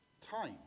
time